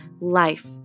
life